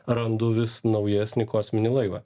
randu vis naujesnį kosminį laivą